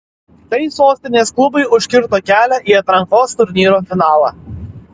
tai sostinės klubui užkirto kelią į atrankos turnyro finalą